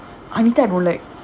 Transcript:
anita I don't like